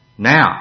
now